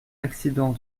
accident